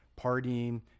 partying